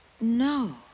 No